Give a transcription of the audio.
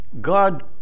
God